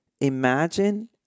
imagine